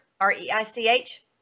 R-E-I-C-H